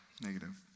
negative